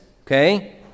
okay